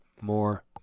more